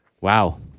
Wow